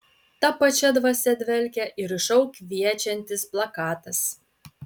ta pačia dvasia dvelkia ir į šou kviečiantis plakatas